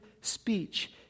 speech